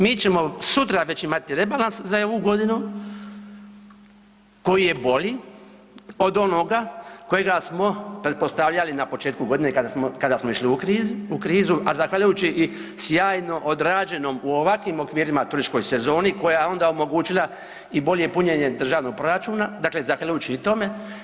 Mi ćemo sutra već imati rebalans za ovu godinu koji je bolji od onoga kojega smo pretpostavljali na početku godine kada smo, kada smo išli u krizu, a zahvaljujući i sjajno odrađenom u ovakvim okvirima turističkoj sezoni koja je onda omogućila i bolje punjenje državnom proračuna, dakle zahvaljujući i tome.